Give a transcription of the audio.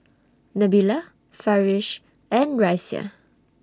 Nabila Farish and Raisya